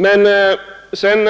Men sedan